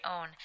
own